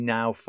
now